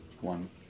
one